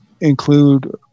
include